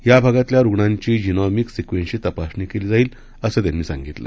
याभागातल्यारुग्णांचीजिनॉमिकसिक्वेन्सचीतपासणीकेलीजाईल असंत्यांनीसांगितलं